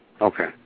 Okay